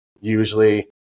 Usually